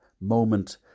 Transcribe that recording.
moment